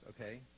okay